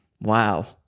Wow